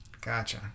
Gotcha